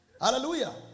Hallelujah